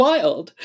Wild